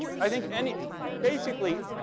i think any basically,